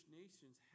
nations